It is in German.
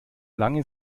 lange